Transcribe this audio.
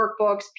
workbooks